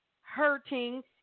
hurting